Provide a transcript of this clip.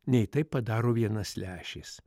nei tai padaro vienas lęšis